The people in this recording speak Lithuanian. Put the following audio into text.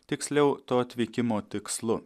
tiksliau to atvykimo tikslu